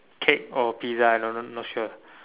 cake or pizza I don't know not sure